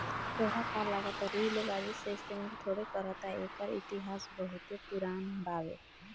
ताहरा का लागता रुई लोग आजे से इस्तमाल थोड़े करता एकर इतिहास बहुते पुरान बावे